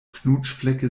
knutschflecke